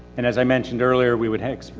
and as i mentioned earlier, we would have,